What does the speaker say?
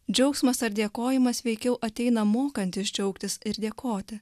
džiaugsmas ar dėkojimas veikiau ateina mokantis džiaugtis ir dėkoti